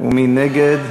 מי נגד?